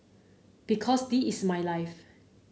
because this is my life